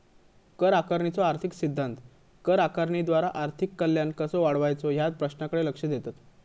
कर आकारणीचो आर्थिक सिद्धांत कर आकारणीद्वारा आर्थिक कल्याण कसो वाढवायचो या प्रश्नाकडे लक्ष देतत